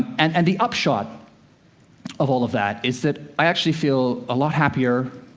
and and the upshot of all of that is that i actually feel a lot happier,